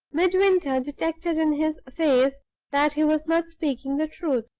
midwinter detected in his face that he was not speaking the truth.